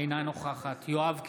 אינה נוכחת יואב קיש,